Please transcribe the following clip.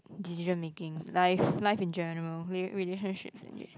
decision making life life in general K relationships in ge~